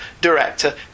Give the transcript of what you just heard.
director